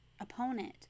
opponent